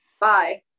Bye